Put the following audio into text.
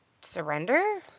surrender